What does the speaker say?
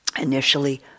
initially